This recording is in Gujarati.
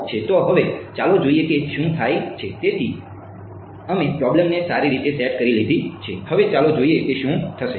તેથી અમે પ્રોબેલ્મને સારી રીતે સેટ કરી લીધી છે હવે ચાલો જોઈએ કે શું થશે